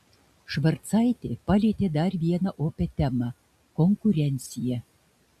švarcaitė palietė dar vieną opią temą konkurenciją